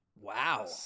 Wow